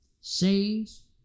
sayings